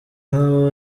aho